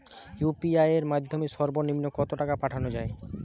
UPI এর মাধ্যমে সর্ব নিম্ন কত টাকা পাঠানো য়ায়?